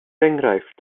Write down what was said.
enghraifft